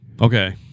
Okay